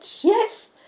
Yes